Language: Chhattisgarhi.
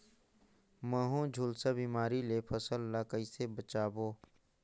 महू, झुलसा बिमारी ले फसल ल कइसे बचाबो?